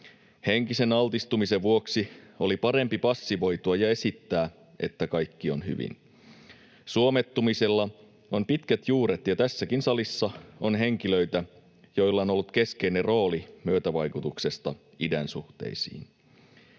Henkisen altistumisen vuoksi oli parempi passivoitua ja esittää, että kaikki on hyvin. Suomettumisella on pitkät juuret, ja tässäkin salissa on henkilöitä, joilla on ollut keskeinen rooli myötävaikutuksessa idänsuhteisiin.